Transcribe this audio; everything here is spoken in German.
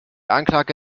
anklage